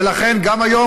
ולכן גם היום,